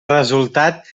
resultat